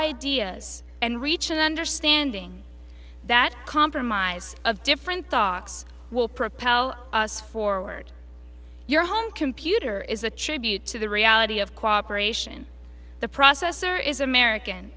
ideas and reach an understanding that compromise of different thoughts will propel us forward your home computer is a tribute to the reality of cooperation the processor is american